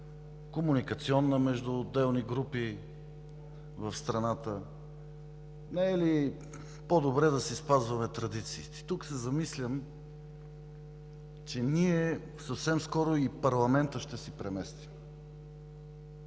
комуникационна между отделни групи в страната, не е ли по-добре да си спазваме традициите?! Тук се замислям, че съвсем скоро и парламентът ще се премести,